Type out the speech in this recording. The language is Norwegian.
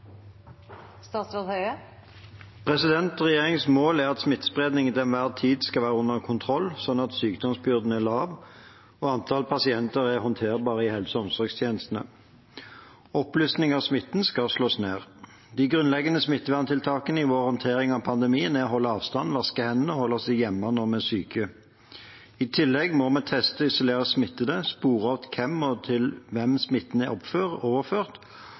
at smittespredningen til enhver tid skal være under kontroll, slik at sykdomsbyrden er lav og antallet pasienter er håndterbart i helse- og omsorgstjenestene. Oppblussing av smitten skal slås ned. De grunnleggende smitteverntiltakene i vår håndtering av pandemien er å holde avstand, vaske hender og holde oss hjemme når vi er syke. I tillegg må vi teste og isolere smittede, spore opp fra hvem og til hvem smitten er overført,